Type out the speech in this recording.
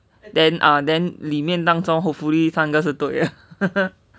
then ah then 里面当中 hopefully 三个是对的